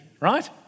right